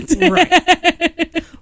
Right